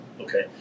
Okay